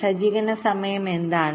സജ്ജീകരണ സമയം എന്താണ്